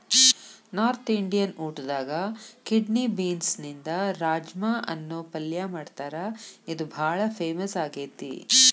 north Indian ಊಟದಾಗ kidney ಬೇನ್ಸ್ನಿಂದ ರಾಜ್ಮಾ ಅನ್ನೋ ಪಲ್ಯ ಮಾಡ್ತಾರ ಇದು ಬಾಳ ಫೇಮಸ್ ಆಗೇತಿ